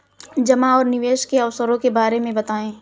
जमा और निवेश के अवसरों के बारे में बताएँ?